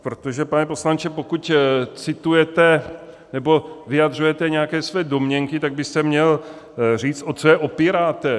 Protože pane poslanče, pokud citujete nebo vyjadřujete nějaké své domněnky, tak byste měl říct, o co je opíráte.